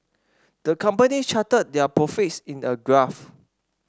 the company charted their profits in a graph